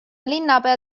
linnapea